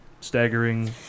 staggering